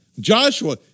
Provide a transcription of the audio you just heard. Joshua